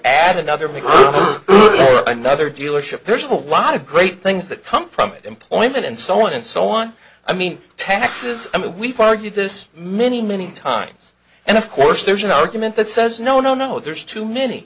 add another make another dealership there's a whole lot of great things that come from it employment and so on and so on i mean taxes i mean we party this many many times and of course there's an argument that says no no no there's too many